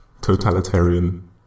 totalitarian